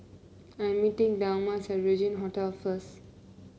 I am meeting Delmas at Regin Hotel first